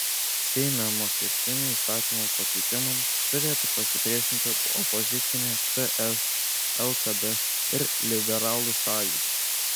seime mokestinių įstatymų pakeitimams turėtų pasipriešinti opozicinė ts lkd ir liberalų sąjūdis